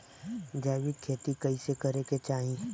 जैविक खेती कइसे करे के चाही?